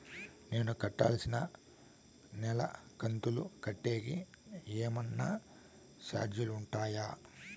నేను కట్టాల్సిన నెల కంతులు కట్టేకి ఏమన్నా చార్జీలు ఉంటాయా?